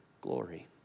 glory